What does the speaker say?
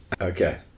Okay